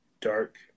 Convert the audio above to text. Dark